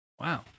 Wow